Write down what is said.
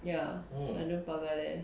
ya tanjong pagar there